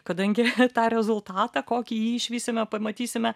kadangi tą rezultatą kokį jį išvysime pamatysime